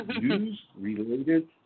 news-related